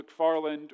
McFarland